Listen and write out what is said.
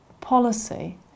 policy